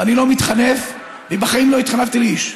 ואני לא מתחנף ובחיים לא התחנפתי לאיש,